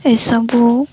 ଏସବୁ